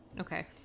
Okay